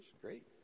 Great